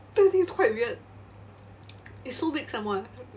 don't you think it's quite weird it's so big some more eh